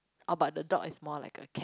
oh but the dog is more like a cat